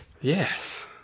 Yes